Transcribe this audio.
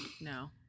no